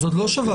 אז עוד לא שברתי.